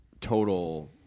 total